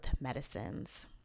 medicines